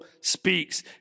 speaks